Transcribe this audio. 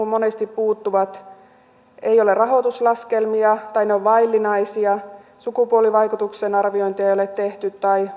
monesti puuttuvat ei ole rahoituslaskelmia tai ne ovat vaillinaisia sukupuolivaikutusten arviointia tai